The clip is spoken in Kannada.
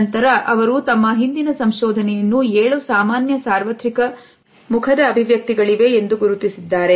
ನಂತರ ಅವರು ತಮ್ಮ ಹಿಂದಿನ ಸಂಶೋಧನೆಯನ್ನು 7 ಸಾಮಾನ್ಯ ಸಾರ್ವತ್ರಿಕ ಮುಖದ ಅಭಿವ್ಯಕ್ತಿಗಳಿಗೆ ಎಂದು ಗುರುತಿಸಿದ್ದಾರೆ